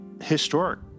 historic